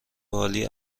عالی